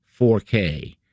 4K